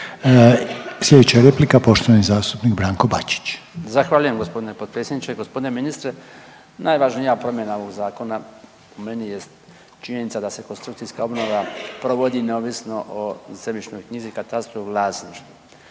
Sljedeća replika je poštovani zastupnik Branko Bačić. **Bačić, Branko (HDZ)** Zahvaljujem gospodine potpredsjedniče, gospodine ministre. Najvažnija promjena ovog Zakona po meni jest činjenica da se konstrukcijska obnova provodi neovisno o zemljišnoj knjizi, katastru i vlasništvu.